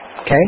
Okay